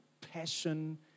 passion